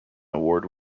award